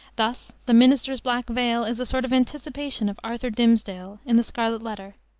thus the minister's black veil is a sort of anticipation of arthur dimmesdale in the scarlet letter.